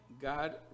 God